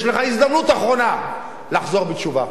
יש לך הזדמנות אחרונה לחזור בתשובה.